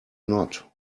not